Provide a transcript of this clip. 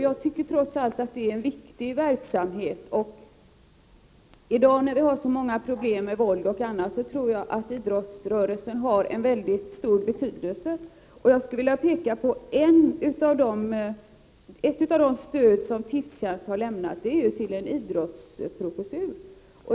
Jag tycker att det är en viktig verksamhet. I dag när vi har så många problem med våld och annat tror jag att idrottsrörelsen har mycket stor betydelse. Jag skulle vilja peka på ett av de stöd som Tipstjänst har lämnat, nämligen det till en idrottsprofessur.